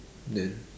then